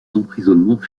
d’emprisonnement